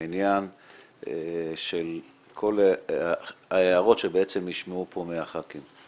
בעניין של כל ההערות שנשמעו פה מחברי הכנסת.